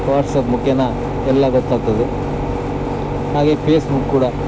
WhatsApp ಮುಖೇನ ಎಲ್ಲ ಗೊತ್ತಾಗ್ತದೆ ಹಾಗೆ ಫೇಸ್ಬುಕ್ ಕೂಡ